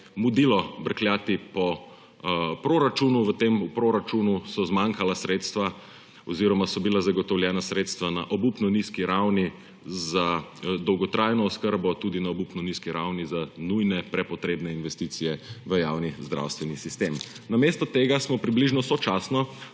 mudilo brkljati po proračunu, v temu proračunu so zmanjkala sredstva oziroma so bila zagotovljena sredstva na obupno nizki ravni za dolgotrajno oskrbo, tudi na obupno nizki ravni za nujne prepotrebne investicije v javni zdravstveni sistem. Namesto tega smo približno sočasno